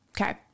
okay